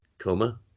Coma